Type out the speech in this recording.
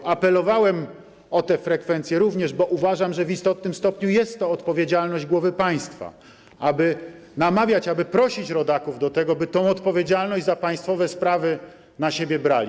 Również apelowałem o frekwencję, bo uważam, że w istotnym stopniu jest to odpowiedzialność głowy państwa - aby namawiać, aby prosić rodaków, by tę odpowiedzialność za państwowe sprawy na siebie brali.